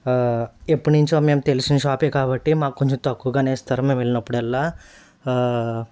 ఎప్పుడు నుంచో మేము తెలిసిన షాపే కాబట్టి మాకు కొంచెం తక్కువగానే ఇస్తారు మేమెళ్ళినప్పుడల్లా